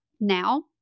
Now